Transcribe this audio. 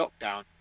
lockdown